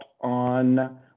on